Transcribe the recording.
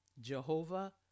Jehovah